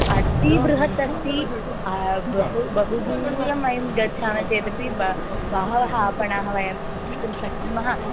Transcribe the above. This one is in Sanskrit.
अतीबृहत्तस्ति बहु बहु दूरं वयं गच्छामः चेदपि ब बहवः आपणानि वयं द्रष्टुं शक्नुमः